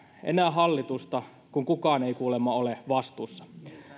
enää hallitusta kun kukaan ei kuulemma ole vastuussa